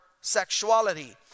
sexuality